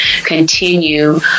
continue